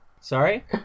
Sorry